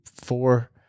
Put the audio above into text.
four